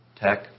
tech